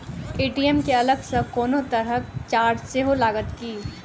ATM केँ अलग सँ कोनो तरहक चार्ज सेहो लागत की?